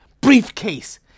Briefcase